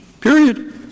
period